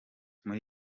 muri